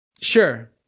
Sure